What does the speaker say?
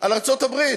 על ארצות-הברית,